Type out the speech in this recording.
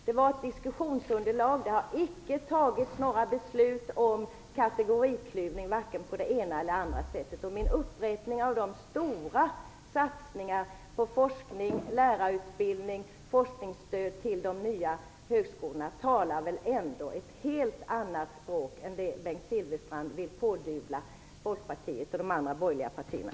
Det var ett diskussionsunderlag, och det har icke fattats några beslut om kategoriklyvning, varken på det ena eller på det andra sättet. De stora satsningarna på forskning, lärarutbildning och forskningsstöd till de nya högskolorna talar ett helt annat språk än det som Bengt Silfverstrand vill pådyvla Folkpartiet och de andra borgerliga partierna.